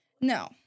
No